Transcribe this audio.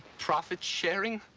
profit sharing?